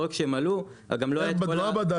לא רק שהם עלו גם לא היה את כל ה --- מה בדקתם?